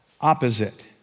opposite